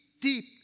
deep